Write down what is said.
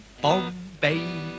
Bombay